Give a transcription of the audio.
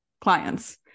clients